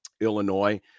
Illinois